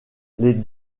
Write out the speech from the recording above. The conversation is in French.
les